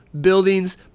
buildings